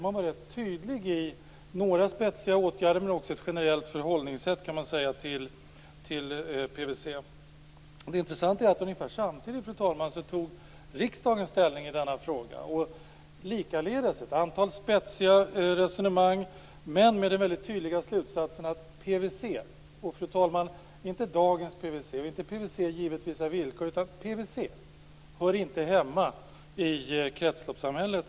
Man var rätt tydlig i fråga om spetsiga åtgärder men också ett generellt förhållningssätt till PVC. Det intressanta är att ungefär samtidigt, fru talman, tog riksdagen ställning i frågan. Likaledes var det ett antal spetsiga resonemang, men med den tydliga slutsatsen att PVC - inte dagens PVC, inte PVC givet vissa villkor - inte hör hemma i kretsloppssamhället.